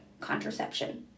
contraception